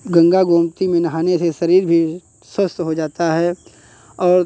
गंगा गोमती में नहाने से शरीर भी स्वस्थ हो जाता है और